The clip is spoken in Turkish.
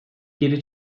geri